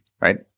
right